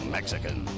Mexican